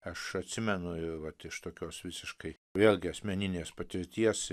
aš atsimenu vat iš tokios visiškai vėlgi asmeninės patirties